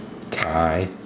Tie